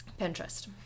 Pinterest